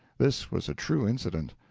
this was a true incident.